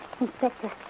Inspector